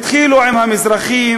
התחילו עם המזרחים,